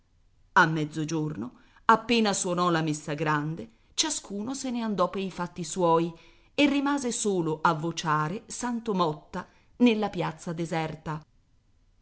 a mezzogiorno appena suonò la messa grande ciascuno se ne andò pei fatti suoi e rimase solo a vociare santo motta nella piazza deserta